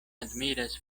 admiras